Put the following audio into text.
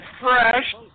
fresh